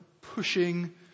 pushing